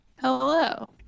Hello